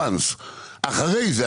אחרי זה,